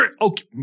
Okay